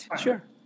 Sure